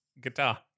guitar